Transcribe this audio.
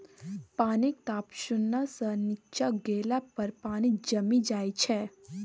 पानिक ताप शुन्ना सँ नीच्चाँ गेला पर पानि जमि जाइ छै